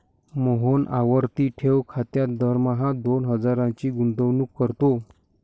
मोहन आवर्ती ठेव खात्यात दरमहा दोन हजारांची गुंतवणूक करतो